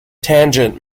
tangent